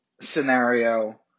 scenario